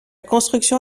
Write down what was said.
construction